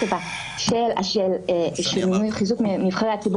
אבל זאת לא הבעיה היחידה בהפרדת הרשויות שקיימת במשטר הישראלי.